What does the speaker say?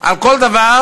על כל דבר,